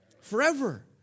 Forever